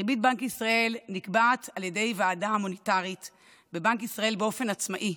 ריבית בנק ישראל נקבעת על ידי ועדה מוניטרית בבנק ישראל באופן עצמאי.